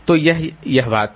तो यह बात है